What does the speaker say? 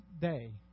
day